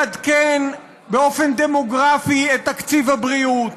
לעדכן באופן דמוגרפי את תקציב הבריאות,